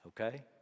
okay